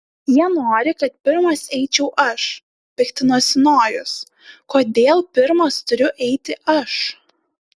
jie nori kad pirmas eičiau aš piktinosi nojus kodėl pirmas turiu eiti aš